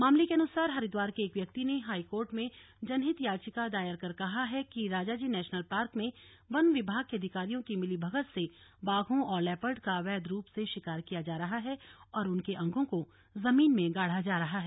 मामले के अनुसार हरिद्वार के एक व्यक्ति ने हाई कोर्ट में जनहित याचिका दायर कर कहा है कि राजाजी नेशनल पार्क में वन विभाग के अधिकारियों की मिलीभगत से बाघों और लेपर्ड का अवैध रूप से शिकार किया जा रहा है और उनके अंगों को जमीन में गाड़ा जा रहा है